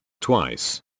twice